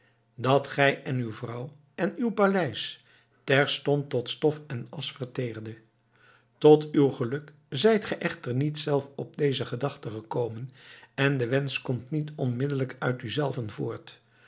dat gij en uw vrouw en uw paleis terstond tot stof en asch verteerdet tot uw geluk zijt ge echter niet zelf op deze gedachte gekomen en de wensch komt niet onmiddellijk uit u zelven voort